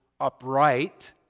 upright